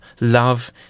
love